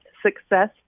success